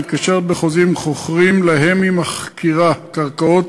מתקשרת בחוזים עם חוכרים שלהם היא מחכירה קרקעות.